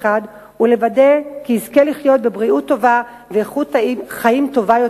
ולוודא כי יזכה לחיות בבריאות טובה ובאיכות חיים טובה,